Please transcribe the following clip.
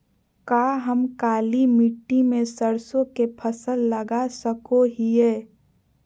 का हम काली मिट्टी में सरसों के फसल लगा सको हीयय?